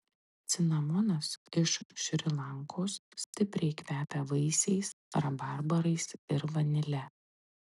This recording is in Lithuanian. cinamonas iš šri lankos stipriai kvepia vaisiais rabarbarais ir vanile